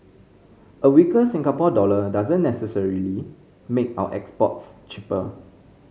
a weaker Singapore dollar doesn't necessarily make our exports cheaper